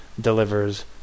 delivers